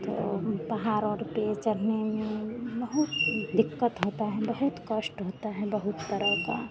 तो पहाड़ और पर चढ़ने में बहुत दिक़्क़त होता है बहुत कष्ट होता है बहुत तरह का